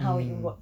mm